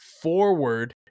forward